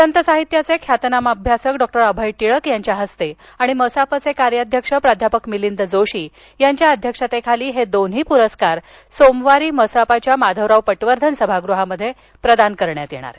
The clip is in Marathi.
संतसाहित्याचे ख्यातनाम अभ्यासक डॉक्टर अभय टिळक यांच्या हस्ते आणि मसापचे कार्याध्यक्ष प्राध्यापक मिलिंद जोशी यांच्या अध्यक्षतेखाली हे दोन्ही पुरस्कार सोमवारी मसापच्या माधवराव पटवर्धन सभागृहात प्रदान करण्यात येतील